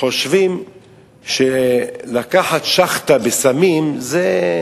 חושבים שלקחת שאכטה בסמים זה,